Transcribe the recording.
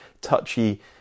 touchy